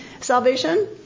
salvation